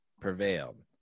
prevailed